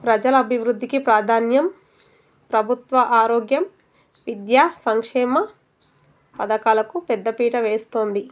ప్రజల అబివృద్ధికి ప్రాధాన్యం ప్రభుత్వ ఆరోగ్యం విద్యా సంక్షేమ పథకాలకు పెద్దపీట వేస్తోంది